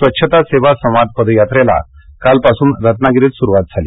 स्वच्छता सेवा संवाद पदयात्रेला कालपासून रत्नागिरीत सुरूवात झाली